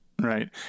Right